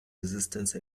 resistance